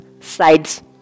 sides